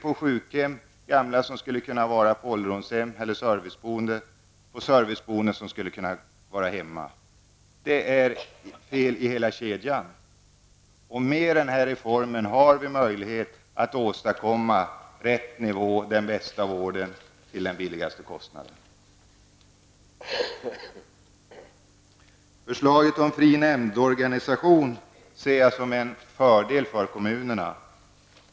På sjukhem ligger gamla som skulle kunna vara på ålderdomshem eller i serviceboende, och i serviceboende finns gamla som skulle kunna vara hemma. Med den nu aktuella reformen har vi möjlighet att åstadkomma rätt nivå, med den bästa vården till den lägsta kostnaden. Jag ser förslaget om fri nämndorganisation som en fördel för kommunerna.